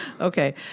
Okay